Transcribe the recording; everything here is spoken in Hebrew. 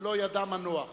לא ידע מנוח